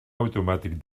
automàtic